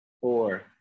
four